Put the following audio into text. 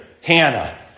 Hannah